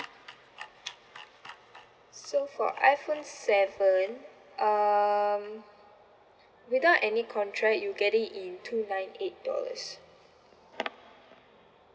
so for iphone seven um without any contract you'll get it in two nine eight dollars